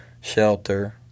shelter